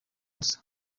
gusa